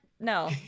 No